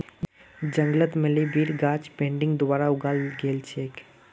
जंगलत मलबेरीर गाछ बडिंग द्वारा उगाल गेल छेक